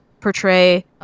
portray